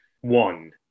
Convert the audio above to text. one